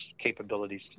capabilities